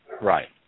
Right